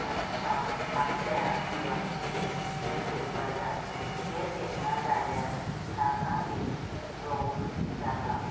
मनशान आपल्या जिवाची केर घेवपाक जाय केर घेतना जाल्यार नाका ती रोग जातात